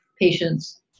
patients